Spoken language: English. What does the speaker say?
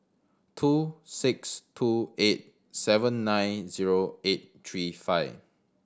two six two eight seven nine zero eight three five